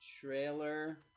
Trailer